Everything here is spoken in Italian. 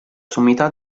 sommità